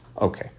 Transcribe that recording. Okay